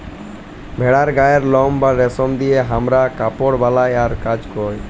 ভেড়ার গায়ের লম বা রেশম দিয়ে হামরা কাপড় বালাই আর কাজ হ্য়